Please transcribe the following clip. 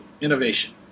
innovation